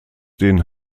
den